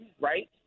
right